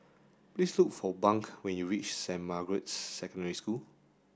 please look for Bunk when you reach Saint Margaret's Secondary School